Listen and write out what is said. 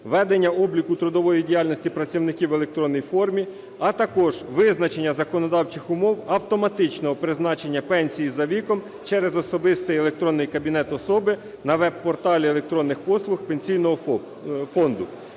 ведення обліку трудової діяльності працівників в електронній формі, а також визначення законодавчих умов автоматичного призначення пенсій за віком через особистий електронний кабінет особи на веб-порталі електронних послуг Пенсійного фонду.